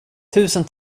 tusen